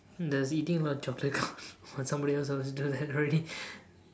does eating a lot chocolate count or somebody else also do that already